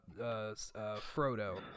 Frodo